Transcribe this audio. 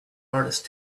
artist